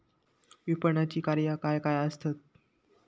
विपणनाची कार्या काय काय आसत?